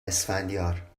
اسفندیار